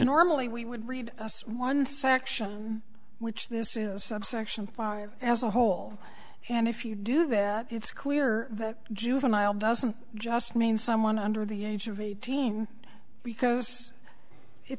normally we would read one section which this is subsection five as a whole and if you do that it's clear that juvenile doesn't just mean someone under the age of eighteen because it